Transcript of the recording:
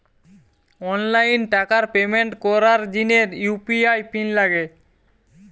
online টাকার payment করার জিনে ইউ.পি.আই পিন লাগে